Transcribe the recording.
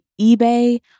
eBay